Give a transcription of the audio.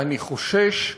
אני חושש,